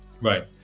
Right